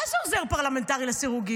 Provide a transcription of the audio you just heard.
מה זה "עוזר פרלמנטרי לסירוגין"?